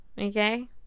okay